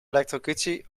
elektrocutie